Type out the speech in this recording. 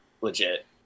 legit